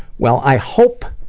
well, i hope